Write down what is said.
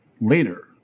later